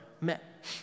met